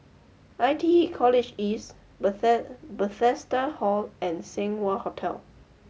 I T E College East Bethesda Hall and Seng Wah Hotel